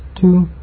two